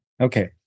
Okay